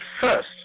first